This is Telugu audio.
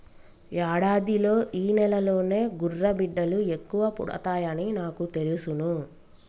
యాడాదిలో ఈ నెలలోనే గుర్రబిడ్డలు ఎక్కువ పుడతాయని నాకు తెలుసును